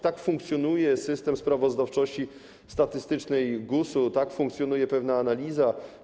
Tak funkcjonuje system sprawozdawczości statystycznej GUS-u, tak funkcjonuje pewna analiza.